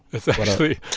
it's actually.